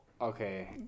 Okay